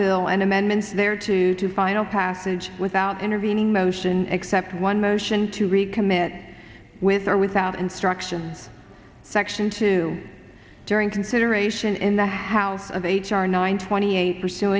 bill and amendments there to final passage without intervening motion except one motion to recommit with or without instruction section two during consideration in the house of h r nine twenty eight pursu